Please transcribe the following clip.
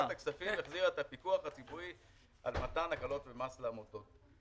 שוועדת הכספים החזירה את הפיקוח הציבורי על מתן הקלות במס לעמותות.